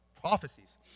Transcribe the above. prophecies